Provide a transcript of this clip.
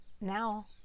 now